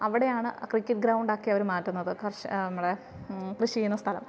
അവിടെയാണ് cricket ground ആക്കി അവർ മാറ്റുന്നത് നമ്മളെ കൃഷി ചെയ്യുന്ന സ്ഥലം